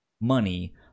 money